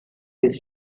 his